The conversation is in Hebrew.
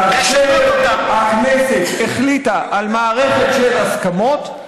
כאשר הכנסת החליטה על מערכת של הסכמות,